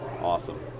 Awesome